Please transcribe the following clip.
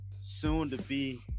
soon-to-be